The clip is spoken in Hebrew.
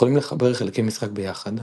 יכולים לחבר חלקי משחק ביחד,